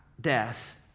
death